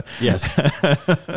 Yes